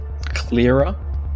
clearer